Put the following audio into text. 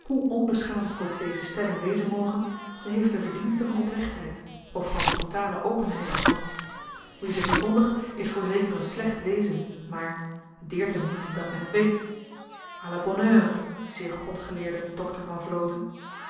onbeschaamd ook deze stelling wezen moge ze heeft de verdienste van oprechtheid of van brutale openheid althans wie ze verkondigt is voorzeker n slecht wezen maar t deert hem niet dat men t weet a la bonne heure zeer godgeleerde doctor van vloten